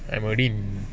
I already in